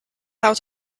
out